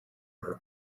her